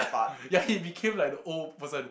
yeah he became like the old person